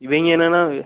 இவங்க என்னென்னா